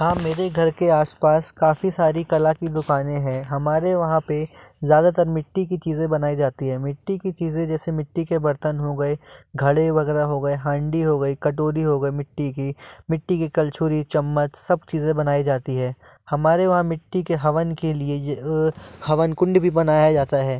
हाँ मेरे घर के आस पास काफी सारी कला की दुकानें हैं हमारे वहाँ पे ज़्यादातर मिट्टी की चीज़ें बनाई जाती है मिट्टी की चीज़ें जैसे मिट्टी के बर्तन हो गए घड़े वगैरह हो गए हांडी हो गई कटोरी हो गई मिट्टी की मिट्टी की कलछूरी चम्मच सब चीज़ें बनाई जाती है हमारे वहाँ मिट्टी के हवन के लिए ये हवन कुंड भी बनाया जाता है